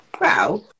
Wow